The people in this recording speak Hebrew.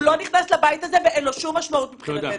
הוא לא נכנס לבית הזה ואין לו שום משמעות מבחינתנו.